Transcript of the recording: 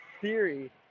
theory